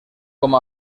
com